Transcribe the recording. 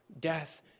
Death